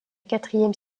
quatrième